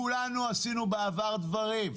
כולנו עשינו בעבר דברים,